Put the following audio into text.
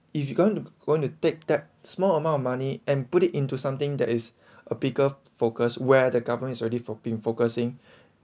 if you gonna gonna take that small amount of money and put it into something that is a bigger focus where the government is already for being focusing